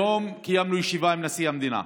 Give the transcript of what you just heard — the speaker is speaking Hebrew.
היום קיימנו ישיבה עם נשיא המדינה.